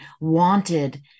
wanted